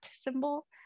symbol